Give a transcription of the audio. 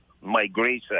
migration